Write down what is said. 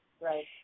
right